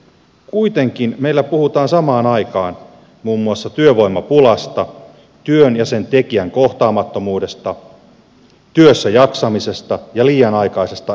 kuitenkin meillä puhutaan samaan aikaan muun muassa työvoimapulasta työn ja sen tekijän kohtaamattomuudesta työssäjaksamisesta ja liian aikaisesta eläköitymisestä